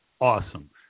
Awesome